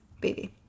baby